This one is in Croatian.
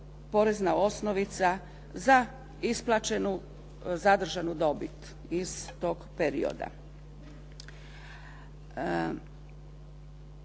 porezna osnovica za isplaćenu zadržanu dobit iz tog perioda.